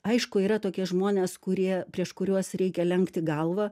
aišku yra tokie žmonės kurie prieš kuriuos reikia lenkti galvą